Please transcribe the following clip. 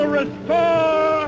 restore